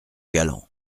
galant